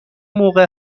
موقع